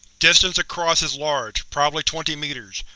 distance across is large probably twenty meters.